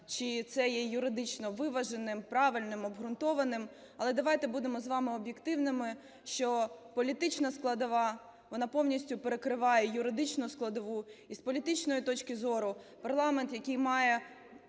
чи це є юридично виваженим, правильним, обґрунтованим. Але давайте будемо з вами об'єктивними, що політична складова, вона повністю перекриває юридичну складову. І з політичної точки зору парламент, який має